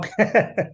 okay